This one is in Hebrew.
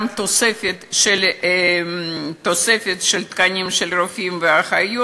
גם תוספת של תקנים של רופאים ואחיות.